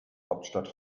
hauptstadt